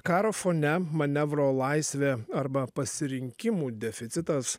karo fone manevro laisvė arba pasirinkimų deficitas